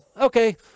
okay